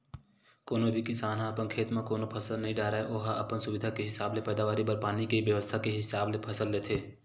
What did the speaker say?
कोनो भी किसान ह अपन खेत म कोनो फसल नइ डारय ओहा अपन सुबिधा के हिसाब ले पैदावारी बर पानी के बेवस्था के हिसाब ले फसल लेथे